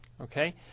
Okay